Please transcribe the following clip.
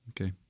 Okay